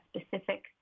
specific